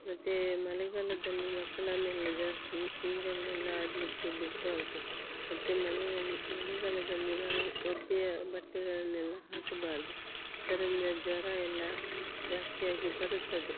ಮತ್ತು ಮಳೆಗಾಲದಲ್ಲಿ ಮಕ್ಕಳನ್ನೆಲ್ಲ ಜಾಸ್ತಿ ನೀರಲ್ಲೆಲ್ಲ ಆಡಲಿಕ್ಕೆ ಬಿಡಬಾರ್ದು ಮತ್ತು ಮನೆಯಲ್ಲಿ ಮಳೆಗಾಲದಲ್ಲಿ ನಾವು ಒದ್ದೆಯ ಬಟ್ಟೆಗಳನ್ನೆಲ್ಲ ಹಾಕಬಾರದು ಇದರಿಂದ ಜ್ವರಯೆಲ್ಲ ಜಾಸ್ತಿಯಾಗಿ ಬರುತ್ತದೆ